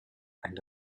and